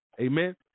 Amen